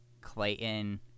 Clayton